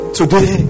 today